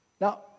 Now